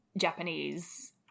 Japanese